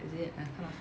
is it I kind of forgot